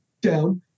down